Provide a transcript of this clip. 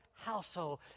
household